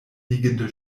liegende